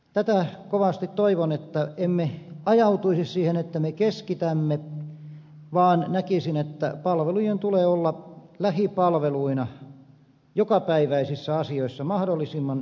tätä kovasti toivon että emme ajautuisi siihen että me keskitämme vaan näkisin että palvelujen tulee olla lähipalveluina jokapäiväisissä asioissa mahdollisimman helposti saatavina